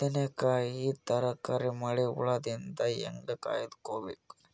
ಬದನೆಕಾಯಿ ತರಕಾರಿ ಮಳಿ ಹುಳಾದಿಂದ ಹೇಂಗ ಕಾಯ್ದುಕೊಬೇಕು?